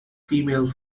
female